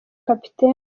capt